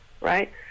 right